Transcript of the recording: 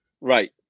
Right